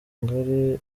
ngari